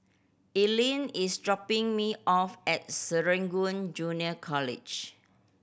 Ethelyn is dropping me off at Serangoon Junior College